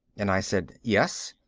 and i said, yes,